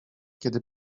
kiedy